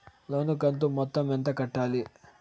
లోను కంతు మొత్తం ఎంత కట్టాలి?